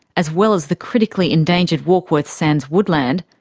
as well as the critically endangered warkworth sands woodland,